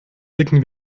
blicken